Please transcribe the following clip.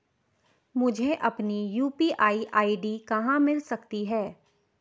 मुझे अपनी UPI ID कहां मिल सकती है?